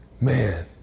man